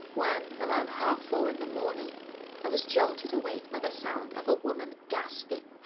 when around half four in the morning i was jolted awake by the sound of a woman gasping.